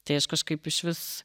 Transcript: tai aš kažkaip išvis